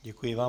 Děkuji vám.